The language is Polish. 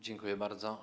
Dziękuję bardzo.